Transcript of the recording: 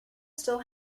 still